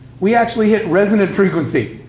we actually hit resonant frequency.